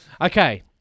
Okay